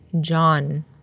John